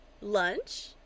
Lunch